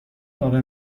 خوابه